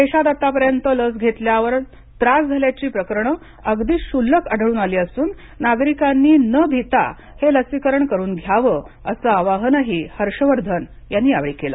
देशात आतापर्यंत लस घेतल्यावर त्रास झाल्याची प्रकरणे अगदीच क्षुल्लक आढळून आलेली असून नागरिकांनी न भिता हे लसीकरण करून घ्यावे असे आवाहनही हर्षवर्धन यांनी यावेळी केले